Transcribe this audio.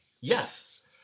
Yes